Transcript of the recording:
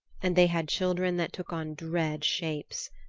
and they had children that took on dread shapes.